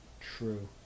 True